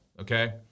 okay